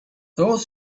those